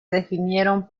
definieron